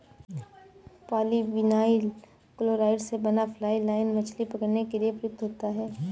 polyvinyl chloride से बना fly line मछली पकड़ने के लिए प्रयुक्त होता है